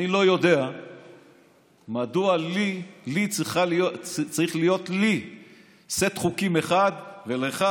אני לא יודע מדוע צריך להיות לי סט חוקים אחד ולך,